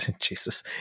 Jesus –